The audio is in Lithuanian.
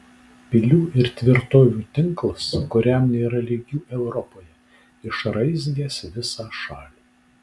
pilių ir tvirtovių tinklas kuriam nėra lygių europoje išraizgęs visą šalį